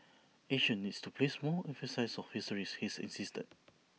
Asia needs to place more emphasis on histories his insisted